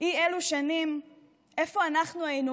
אי אלו שנים איפה אנחנו היינו,